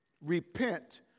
repent